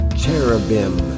cherubim